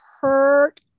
hurt